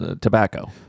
tobacco